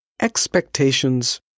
expectations